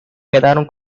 quedaron